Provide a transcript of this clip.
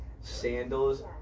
sandals